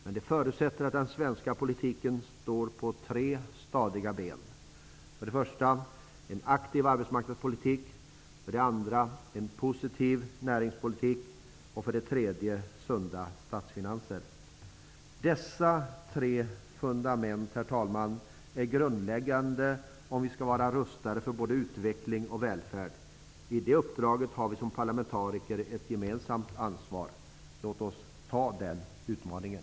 Men det förutsätter att den svenska politiken står på tre stadiga ben: 2.En positiv näringspolitik Dessa tre fundament, herr talman, är grundläggande om vi skall vara rustade för både utveckling och välfärd. I det uppdraget har vi som parlamentariker ett gemensamt ansvar. Låt oss anta den utmaningen.